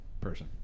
person